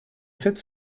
sept